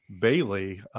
Bailey